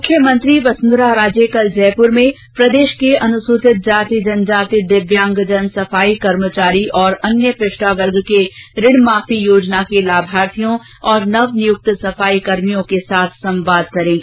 मुख्यमंत्री वसुंधरा राजे कल जयपुर में प्रदेश के अनुसूचित जाति जनजाति दिव्यांगजन सफाई कर्मचारी तथा अन्य पिछड़ा वर्ग के ऋणमाफी योजना के लाभार्थियों और नवनियुक्त सफाई कर्मियों के साथ जनसंवाद करेंगी